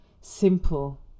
simple